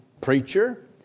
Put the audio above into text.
preacher